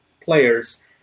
players